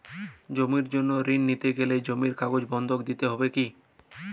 জমির জন্য ঋন নিতে গেলে জমির কাগজ বন্ধক দিতে হবে কি?